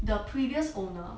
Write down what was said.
the previous owner